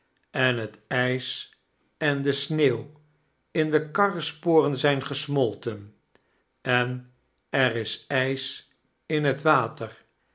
en het ijs en de sneeuw in de karresporen zijn gesmolten en er is ijs in het water